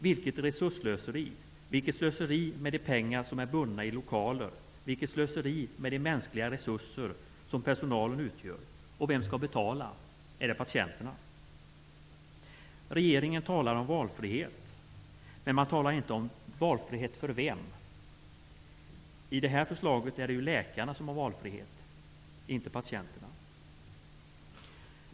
Vilket resursslöseri! Vilket slöseri med de pengar som är bundna i lokaler! Vilket slöseri med de mänskliga resurser som personalen utgör! Och vem skall betala? Är det patienterna? Regeringen talar om valfrihet, men man talar inte om vem valfriheten gäller. I det här förslaget är det ju läkarna som får valfrihet, inte patienterna.